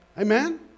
Amen